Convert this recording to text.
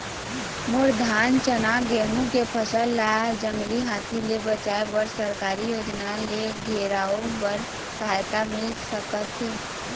मोर धान चना गेहूं के फसल ला जंगली हाथी ले बचाए बर सरकारी योजना ले घेराओ बर सहायता मिल सका थे?